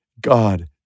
God